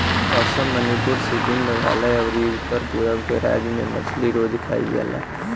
असम, मणिपुर, सिक्किम, मेघालय अउरी उत्तर पूरब के राज्य में मछली रोज खाईल जाला